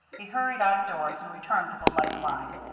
he hurried out of doors, and returned with a light line,